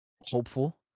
hopeful